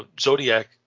Zodiac